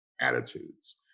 attitudes